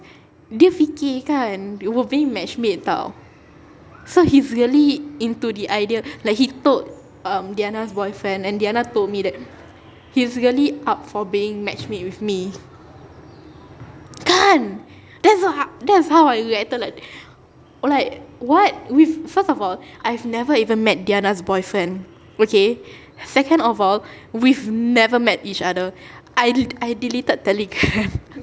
dia fikir kan we were being match made [tau] so he's really into the idea like he told um diana's boyfriend and diana told me that he's really up for being match made with me kan that's h~ that's how I reacted like like what with first of all I've never even met diana's boyfriend okay second of all we've never met each other I I deleted telegram